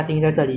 我的